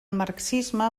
marxisme